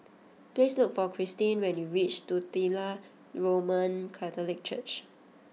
please look for Christine when you reach Titular Roman Catholic Church